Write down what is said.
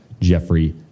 Jeffrey